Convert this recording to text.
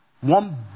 one